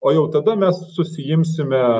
o jau tada mes susiimsime